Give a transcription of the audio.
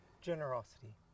Generosity